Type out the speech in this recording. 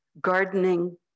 gardening